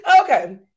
Okay